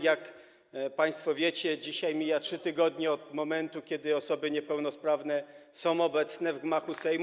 Jak państwo wiecie, dzisiaj mijają 3 tygodnie od momentu, od kiedy osoby niepełnosprawne są obecne w gmachu Sejmu.